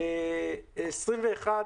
10,000